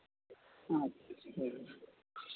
अच्छा